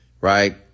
Right